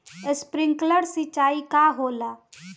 Sprinkler सिंचाई का होला?